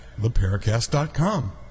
theparacast.com